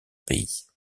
pays